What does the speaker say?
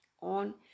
on